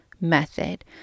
method